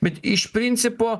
bet iš principo